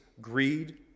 greed